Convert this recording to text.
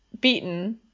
beaten